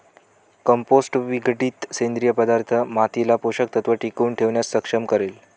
compost विघटित सेंद्रिय पदार्थ मातीला पोषक तत्व टिकवून ठेवण्यास सक्षम करेल